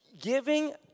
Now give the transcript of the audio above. Giving